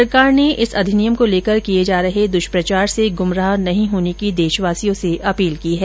सरकार ने इस अधिनियम को लेकर किए जा रहे दुष्प्रचार से गुमराह नहीं होने की देशवासियों से अपील की है